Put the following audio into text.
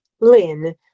Lynn